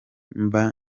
mba